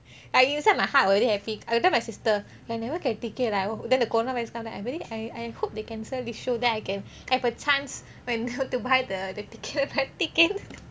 I inside my heart I very happy I got tell my sister I never get ticket ah then the corona virus come then I very I I hope they cancel this show then I can have a chance when to buy the the ticket the ticket